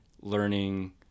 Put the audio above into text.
learning